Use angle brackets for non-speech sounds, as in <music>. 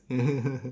<laughs>